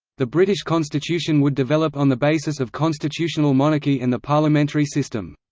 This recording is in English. the british constitution would develop on the basis of constitutional monarchy and the parliamentary system.